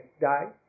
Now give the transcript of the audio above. die